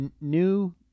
new